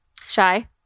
Shy